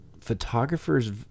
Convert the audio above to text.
photographers